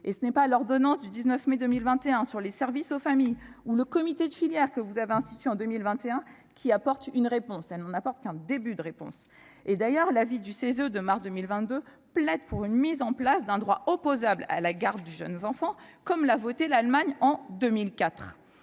Et ce n'est pas l'ordonnance du 19 mai 2021 sur les services aux familles ou le comité de filière que vous avez institué en 2021 qui apportent une réponse : il ne s'agit que d'un début de réponse. D'ailleurs, l'avis du CESE de mars 2022 plaide pour la mise en place d'un droit opposable à la garde du jeune enfant, comme ce qui a été institué par l'Allemagne en 2004.